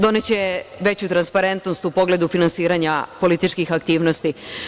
Doneće veću transparentnost u pogledu finansiranja političkih aktivnosti.